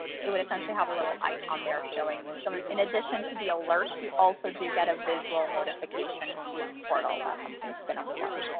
it would essentially have a little icon there showing. so in addition to the alert, you also do get a visual notification through the portal that something's been unplugged.